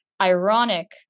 Ironic